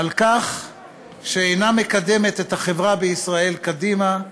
על כך שאינה מקדמת את החברה בישראל קדימה,